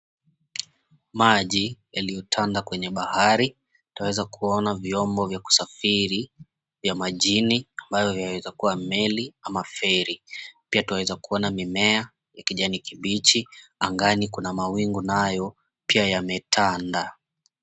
Maji yaliyotanda kwenye bahari. Twaweza kuona vyombo vya kusafiri vya majini ambayo yaweza kuwa meli ama feri. Pia twaweza kuona mimea ya kijani kibichi. Angani kuna mawingu nayo pia yametanda.